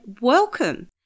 welcome